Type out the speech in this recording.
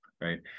right